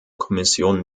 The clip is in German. kommission